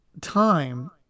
time